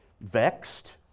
Vexed